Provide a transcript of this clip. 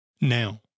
now